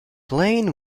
plain